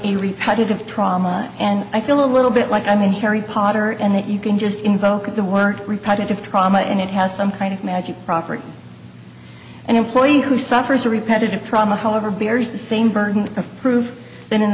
of trauma and i feel a little bit like i'm in harry potter and that you can just invoke the word repetitive trauma and it has some kind of magical property and employee who suffers repetitive trauma however bears the same burden of proof than an